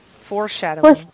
Foreshadowing